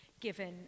given